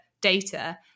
data